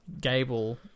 Gable